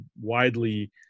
widely